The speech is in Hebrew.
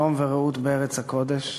שלום ורעות בארץ הקודש,